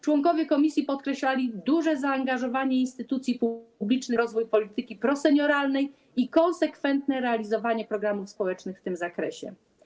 Członkowie komisji podkreślali duże zaangażowanie instytucji publicznych w rozwój polityki prosenioralnej i konsekwentne realizowanie programów społecznych w tym zakresie.